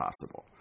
possible